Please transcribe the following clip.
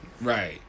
Right